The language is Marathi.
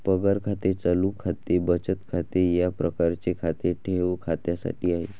पगार खाते चालू खाते बचत खाते या प्रकारचे खाते ठेव खात्यासाठी आहे